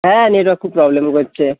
হ্যাঁ নেটওয়ার্ক খুব প্রবলেম করছে